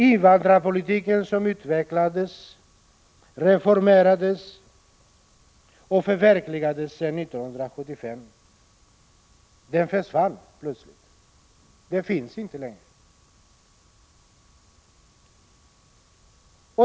Invandrarpolitiken, som utvecklades, reformerades och förverkligades sedan 1975, försvann plötsligt. Den finns inte längre!